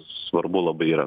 svarbu labai yra